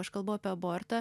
aš kalbu apie abortą